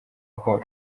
aho